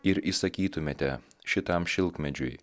ir įsakytumėte šitam šilkmedžiui